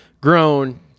grown